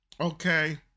okay